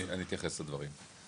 אני אתייחס לדברים,